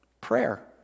Prayer